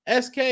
sk